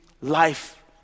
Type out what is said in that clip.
life